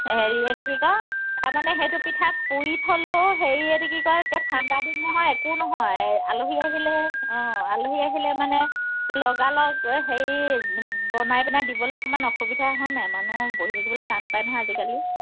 হেৰিটো কি কয় তাৰমানে সেইটো পিঠা পুৰি থ'লেও হেৰি এইটো কি কয় এতিয়া ঠাণ্ডা দিন নহয় একো নহয় এই আলহী আহিলে অঁ আলহী আহিলে মানে লগ লগ হেৰি বনাই পিনাই দিবলৈ অকণমান অসুবিধা হয় নাই মানুহ বহি থাকিবলৈ টান পায় নহয় আজিকালি